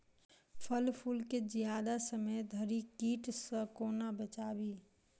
फल फुल केँ जियादा समय धरि कीट सऽ कोना बचाबी?